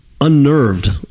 unnerved